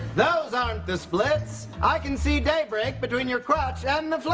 those aren't the splits. i can see daybreak between your crotch and the